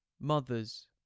mothers